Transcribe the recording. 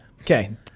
Okay